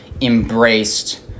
embraced